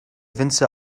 winzer